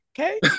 Okay